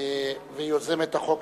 יוזמת החוק,